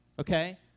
okay